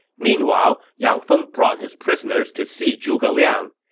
meanwhile, yang feng brought his prisoners to see zhuge liang.